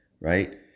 right